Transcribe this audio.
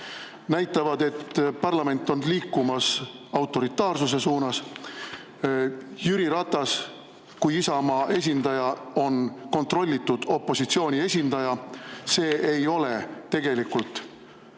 näitavad, et parlament on liikumas autoritaarsuse suunas. Jüri Ratas kui Isamaa esindaja on kontrollitud opositsiooni esindaja. Ta ei ole tegelikult